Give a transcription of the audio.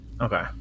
Okay